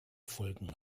folgen